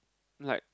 like